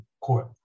court